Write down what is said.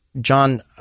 John